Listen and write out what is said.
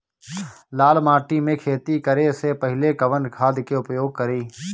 लाल माटी में खेती करे से पहिले कवन खाद के उपयोग करीं?